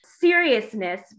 seriousness